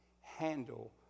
handle